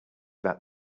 that